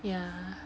yeah